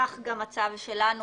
כך גם הצו שלנו,